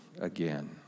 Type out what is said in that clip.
again